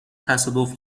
تصادف